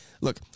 Look